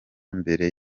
mbere